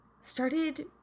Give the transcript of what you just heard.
started